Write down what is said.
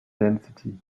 density